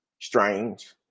strange